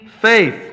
faith